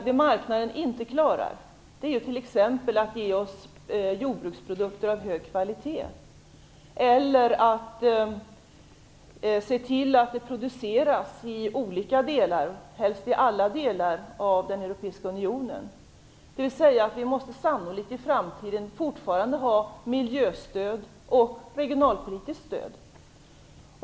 Det marknaden inte klarar är t.ex. att ge oss jordbruksprodukter av hög kvalitet eller att se till att det sker en produktion i alla delar, helst i alla delar, av den europeiska unionen. Vi måste sannolikt i framtiden fortfarande ha miljöstöd och regionalpolitiskt stöd.